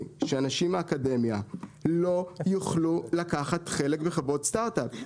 שאנשים מהאקדמיה לא יוכלו לקחת חלק בחברות סטארט-אפ.